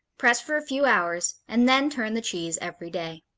press for a few hours, and then turn the cheese every day.